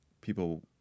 people